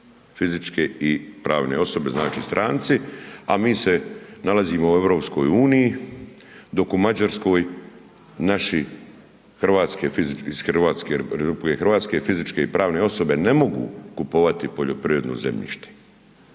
fizičke i pravne osobe, znači stranci, a mi se nalazimo u EU-i, dok u Mađarskoj naši, hrvatske fizičke i pravne osobe ne mogu kupovati poljoprivredno zemljište.